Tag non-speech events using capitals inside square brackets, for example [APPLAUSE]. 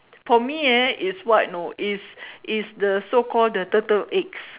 for me uh is what know is [BREATH] is the so-called the turtle eggs